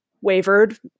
wavered